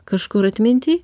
kažkur atminty